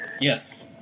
Yes